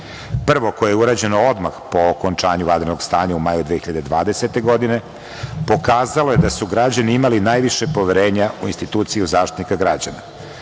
koje je urađeno odmah po okončanju vanrednog stanja u maju 2020. godine, pokazalo je da su građani imali najviše poverenja u instituciju Zaštitnika građana,